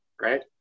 right